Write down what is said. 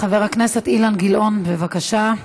חבר הכנסת אילן גילאון, בבקשה.